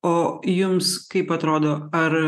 o jums kaip atrodo ar